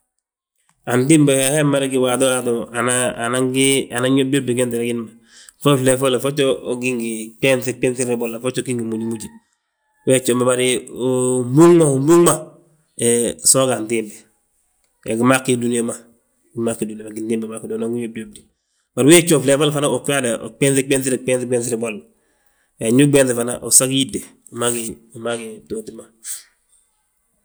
Antimbi he, hee mada gí waato waati aga yóbdi yóbdi gentele willi ma. Fo flee folla, fo joo ugí ngi ɓéŧ ɓéŧirri bolo, fo joo ugí ngi múmuje. Wee jjoo bari, ubúŋ ma, ubúŋ ma, hee so uga antimbi, gimaa ggí dúniyaa ma, gimaa ggí dúniyaa ma gintimbi gimaa ggí dúniyaa ma unan wi yóbdiyobdi. Bari wee jjoo flee folla fana uu ggaadi ɓenŧi ɓenŧir, ɓenŧi ɓenŧi bolla. He ndu uɓenŧ fana usagi, yíde wi maa ggí btooti ma.